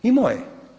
Imao je.